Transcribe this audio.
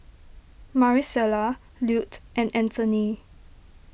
Marisela Lute and Anthony